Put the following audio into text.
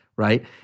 Right